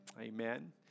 Amen